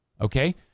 Okay